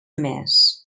més